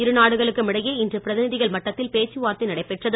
இரு நாடுகளுக்கும் இடையே இன்று பிரதிநிதிகள் மட்டத்தில் பேச்சுவார்த்தை நடைபெற்றது